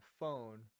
phone